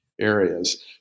areas